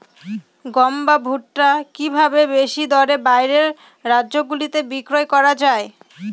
গম বা ভুট্ট কি ভাবে বেশি দরে বাইরের রাজ্যগুলিতে বিক্রয় করা য়ায়?